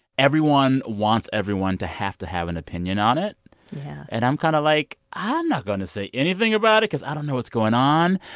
everyone wants everyone to have to have an opinion on it yeah and i'm kind of like, i'm not going to say anything about it because i don't know what's going on.